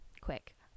quick